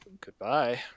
Goodbye